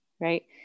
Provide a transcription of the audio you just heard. right